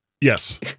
Yes